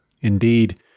Indeed